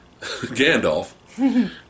Gandalf